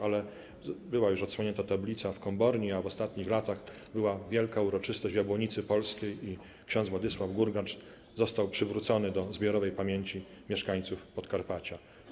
Ale była już odsłonięta tablica w Komborni, a w ostatnich latach była wielka uroczystość w Jabłonicy Polskiej i ks. Władysław Gurgacz został przywrócony zbiorowej pamięci mieszkańców Podkarpacia.